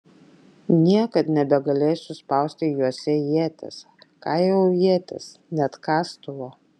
niekad nebegalėsiu spausti juose ieties ką jau ieties net kastuvo